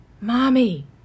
Mommy